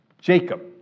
Jacob